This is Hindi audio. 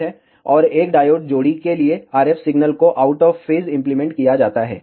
और एक डायोड जोड़ी के लिए RF सिग्नल को आउट ऑफ फेज इम्प्लीमेंट किया जाता है